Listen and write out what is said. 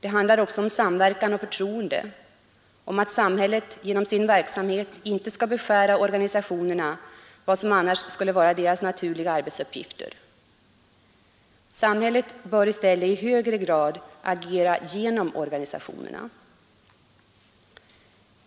Det handlar också om samverkan och förtroende, om att samhället genom sin verksamhet inte skall beskära organisationerna vad som annars skulle vara deras naturliga arbetsuppgifter. Samhället bör i stället i högre grad agera genom organisationerna.